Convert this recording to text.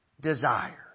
desire